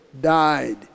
Died